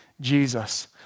Jesus